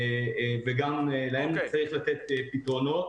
יש גם אוכלוסיות מיוחדות וגם להן צריך לתת פתרונות,